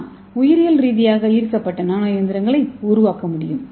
நாம் உயிரியல் ரீதியாக ஈர்க்கப்பட்ட நானோ இயந்திரங்களை உருவாக்க முடியும்